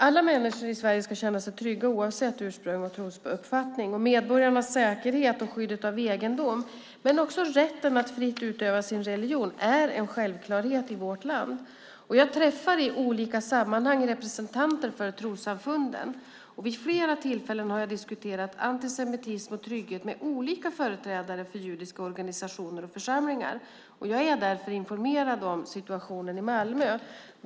Alla människor i Sverige ska känna sig trygga, oavsett ursprung och trosuppfattning. Medborgarnas säkerhet och skyddet av egendom men också rätten att fritt utöva sin religion är en självklarhet i vårt land. Jag träffar i olika sammanhang representanter för trossamfunden. Vid flera tillfällen har jag diskuterat antisemitism och trygghet med olika företrädare för judiska organisationer och församlingar. Jag är därför informerad om situationen i Malmö.